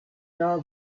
jahr